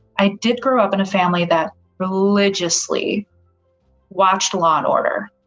i did grow up in a family that religiously watched law and order,